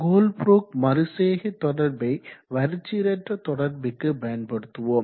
Colebrook மறுசெய்கை தொடர்பை வரிச்சீரற்ற தொடர்பிற்கு பயன்படுத்துவோம்